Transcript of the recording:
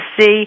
see